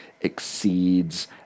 exceeds